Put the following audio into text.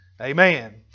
Amen